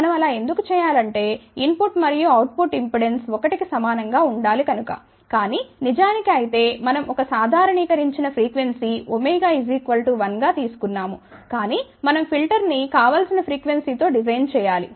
మనం అలా ఎందుకు చేయాలంటే ఇన్ పుట్ మరియు అవుట్ పుట్ ఇంపెడెన్స్ 1 కి సమానం గా ఉండాలి కనుక కానీ నిజానికి అయితే మనం ఒక సాదారణీకరించిన ఫ్రీక్వెన్సీ ω 1 గా తీసుకొన్నాము కానీ మనం ఫిల్టర్ ని కావలసిన ఫ్రీక్వెన్సీ తో డిజైన్ చేయాలి